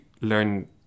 learn